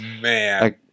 Man